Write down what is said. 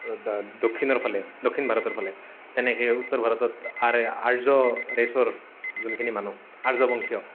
দক্ষিণৰ ফালে দক্ষিণ ভাৰতৰ ফালে তেনেকৈ উত্তৰ ভাৰতত আৰ্য ৰেচৰ যোনখিনি মানুহ আৰ্য বংশীয়